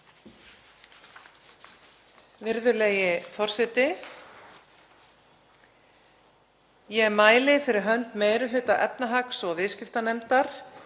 Virðulegi forseti. Ég mæli fyrir hönd meiri hluta efnahags- og viðskiptanefndar